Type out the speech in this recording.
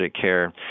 care